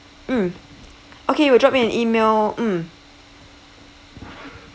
mm okay will drop you an email mm